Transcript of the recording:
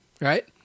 Right